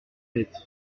lettre